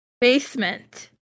basement